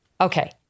Okay